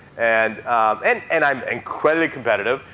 and and and i'm incredibly competitive.